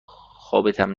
خوابتم